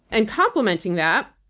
and complementing that,